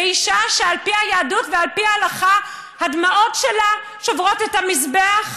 באישה שעל פי היהדות ועל פי ההלכה הדמעות שלה שוברות את המזבח?